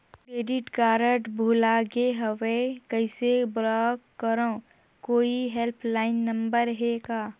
Credit card भुला गे हववं कइसे ब्लाक करव? कोई हेल्पलाइन नंबर हे का?